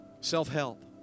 self-help